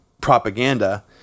propaganda